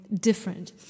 different